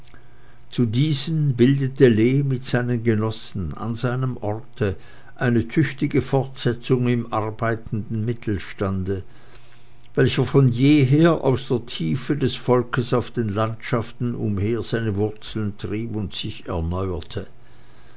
zu diesen bildete lee mit seinen genossen an seinem orte eine tüchtige fortsetzung im arbeitenden mittelstande welcher von jeher aus der tiefe des volkes auf den landschaften umher seine wurzeln trieb und sich erneuerte